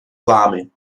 vámi